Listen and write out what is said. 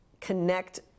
connect